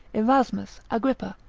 erasmus, agrippa,